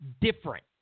different